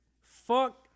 fuck